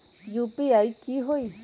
UPI की होई?